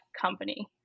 company